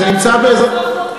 זה נמצא באזרחות.